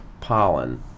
pollen